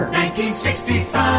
1965